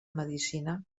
medicina